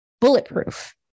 bulletproof